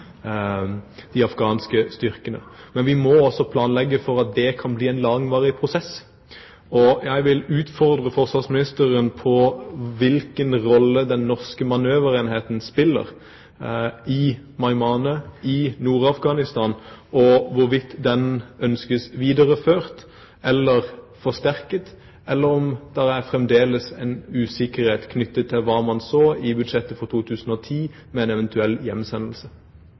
de utenlandske styrkene til de afghanske styrkene. Men vi må også planlegge for at det kan bli en langvarig prosess. Jeg vil utfordre forsvarsministeren på hvilken rolle den norske manøverenheten spiller i Meymaneh, i Nord-Afghanistan, hvorvidt den ønskes videreført eller forsterket, eller om det fremdeles er usikkerhet knyttet til det man så i budsjettet for 2010 om en eventuell hjemsendelse.